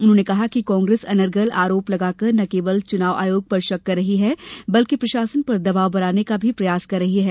उनहोंने कहा कि कांग्रेस अनर्गल आरोप लगाकर न केवल चुनाव आयोग पर शक कर रही है बल्कि प्रशासन पर दबाव बनाने का भी प्रयास कर रही है